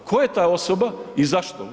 Tko je ta osoba i zašto?